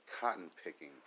cotton-picking